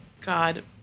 god